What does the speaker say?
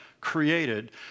created